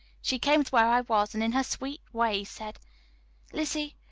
she came to where i was, and in her sweet way said lizzie,